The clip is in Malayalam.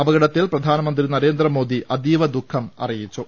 അപടത്തിൽ പ്രധാനമന്ത്രി നരേന്ദ്ര മോദി അതീവ ദൂഖം അറിയിച്ചു